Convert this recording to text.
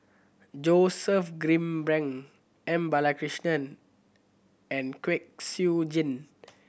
Joseph Grimberg M Balakrishnan and Kwek Siew Jin